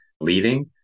leading